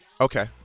Okay